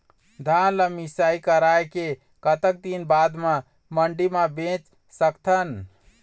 धान ला मिसाई कराए के कतक दिन बाद मा मंडी मा बेच सकथन?